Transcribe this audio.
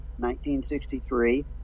1963